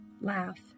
laugh